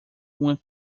uma